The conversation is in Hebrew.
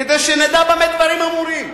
כדי שנדע במה דברים אמורים,